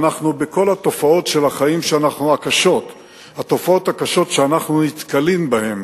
בכל התופעות הקשות שאנחנו נתקלים בהן